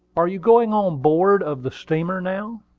are you going on board of the steamer now?